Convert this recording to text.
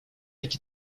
iki